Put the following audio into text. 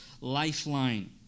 lifeline